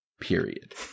period